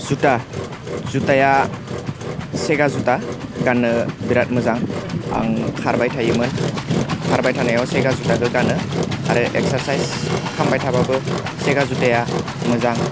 जुटा जुटाया सेगा जुटा गाननो बिरात मोजां आं खारबाय थायोमोन खारबाय थानायाव सेगा जुटाखौ गानो आरो एक्सारसाइस खालामबाय थाबाबो सेगा जुटाया मोजां